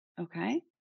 okay